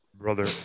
Brother